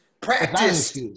Practice